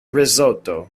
risotto